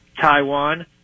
Taiwan